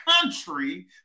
country